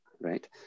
right